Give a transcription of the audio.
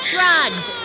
Drugs